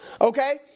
Okay